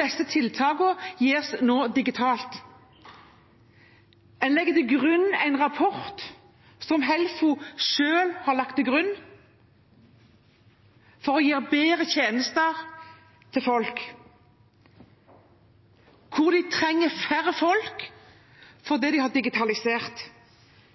Disse tiltakene gis nå digitalt. En legger til grunn en rapport som Helfo selv har lagt til grunn for å gi bedre tjenester til folk. De trenger færre folk fordi de har digitalisert.